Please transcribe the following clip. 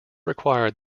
required